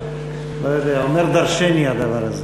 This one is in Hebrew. לא יודע, זה אומר דורשני הדבר הזה.